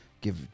Give